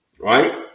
right